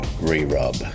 Re-Rub